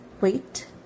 Wait